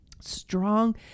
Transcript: strong